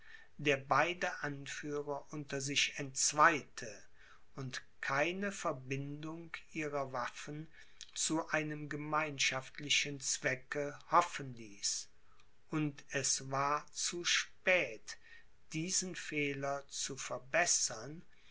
der beide anführer unter sich entzweite und keine verbindung ihrer waffen zu einem gemeinschaftlichen zwecke hoffen ließ und es war zu spät diesen fehler zu verbessern